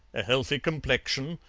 a healthy complexion,